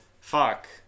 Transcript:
fuck